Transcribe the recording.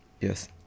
Yes